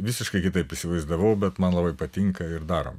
visiškai kitaip įsivaizdavau bet man labai patinka ir darom